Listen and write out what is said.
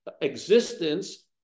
existence